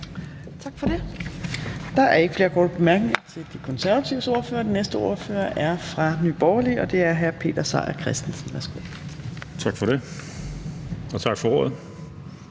Tak for det. Der er ikke flere korte bemærkninger til De Konservatives ordfører. Den næste ordfører er fra Nye Borgerlige, og det er hr. Peter Seier Christensen. Værsgo. Kl. 18:17 (Ordfører)